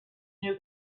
new